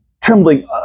trembling